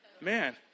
Man